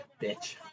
bitch